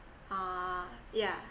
ah yeah